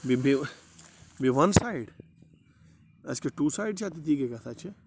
بے بے بیٚیہِ وَن سایڈ اَسہِ کیٛاہ ٹوٗ سایڈ چھَا یہِ گٔے کَتھا چھِ